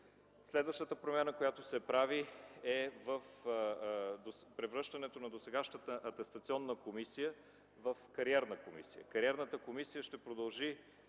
Следващата промяна, която се прави, е в превръщането на досегашната Атестационна комисия в Кариерна комисия. Кариерната комисия ще продължи